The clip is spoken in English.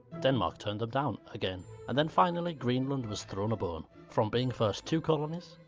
denmark turned them down again, and then finally, greenland was thrown a bone. from being first two colonies,